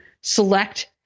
select